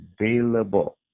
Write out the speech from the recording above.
available